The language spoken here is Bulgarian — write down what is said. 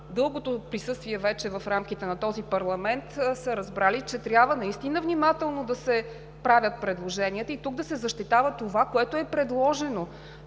дългото присъствие вече в рамките на този парламент, са разбрали, че трябва наистина внимателно да се правят предложенията и тук да се защитава това, което е предложено.